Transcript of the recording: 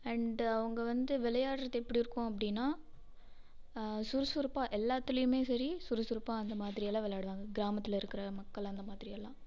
and அவங்க வந்து விளையாட்டுறது எப்படி இருக்கும் அப்படின்னா சுறுசுறுப்பாக எல்லாத்திலேயுமே சரி சுறுசுறுப்பாக அந்த மாதிரியெல்லம் விளையாடுவாங்க கிராமத்தில் இருக்கிற மக்கள் அந்த மாதிரியெல்லாம்